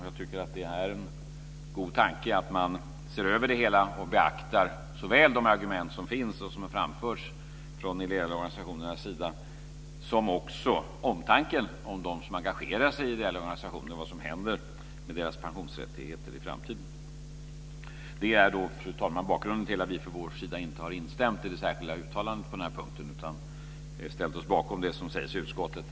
Jag tycker att det är en god tanke att man ser över det hela och beaktar såväl de argument som framförs från de ideella organisationernas sida, som också omtanken om dem som engagerar sig i de ideella organisationerna och vad som händer med deras pensionsrättigheter i framtiden. Det är, fru talman, bakgrunden till att vi från vår sida inte har instämt i det särskilda uttalandet på den här punkten, utan ställt oss bakom det som sägs i utskottet.